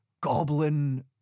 goblin